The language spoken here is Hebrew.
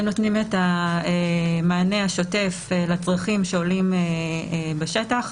הם נותנים את המענה השוטף לצרכים שעולים בשטח.